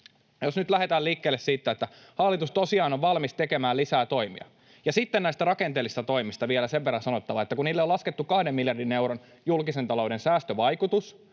Jos nyt lähdetään liikkeelle siitä, että hallitus tosiaan on valmis tekemään lisää toimia. Ja sitten näistä rakenteellisista toimista on vielä sen verran sanottava, että kun niille on laskettu kahden miljardin euron julkisen talouden säästövaikutus,